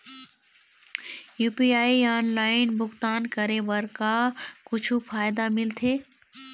UPI online भुगतान करे बर का कुछू फायदा मिलथे?